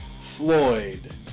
Floyd